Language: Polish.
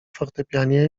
fortepianie